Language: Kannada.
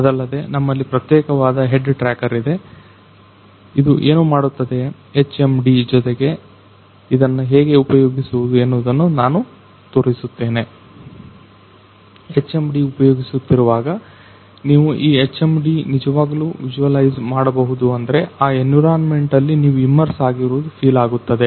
ಅದಲ್ಲದೆ ನಮ್ಮಲ್ಲಿ ಪ್ರತ್ಯೇಕವಾದ ಹೆಡ್ ಟ್ರ್ಯಾಕರ್ ಇದೆ ಇದು ಏನು ಮಾಡುತ್ತದೆ HMD ಜೊತೆಗೆ ಇದನ್ನ ಹೇಗೆ ಉಪಯೋಗಿಸುವುದು ಎನ್ನುವುದನ್ನು ನಾನು ತೋರಿಸುತ್ತೇನೆ HMD ಉಪಯೋಗಿಸುತ್ತಿರುವಾಗ ನೀವು ಈ HMD ನಿಜವಾಗಲೂ ವಿಜುವಲೈಸ್ ಮಾಡಬಹುದು ಅಂದ್ರೆ ಆ ಎನ್ವಿರಾನ್ಮೆಂಟ್ ಅಲ್ಲಿ ನೀವು ಇಮರ್ಸ್ ಆಗಿರುವುದು ಫೀಲ್ ಆಗುತ್ತದೆ